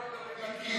פינדרוס,